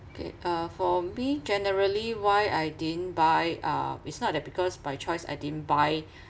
K uh for me generally why I didn't buy uh it's not that because by choice I didn't buy